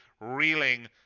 reeling